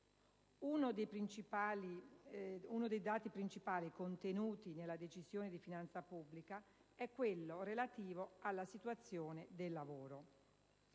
Uno dei dati principali contenuti nella Decisione di finanza pubblica è quello relativo alla situazione del lavoro.